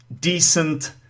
decent